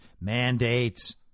mandates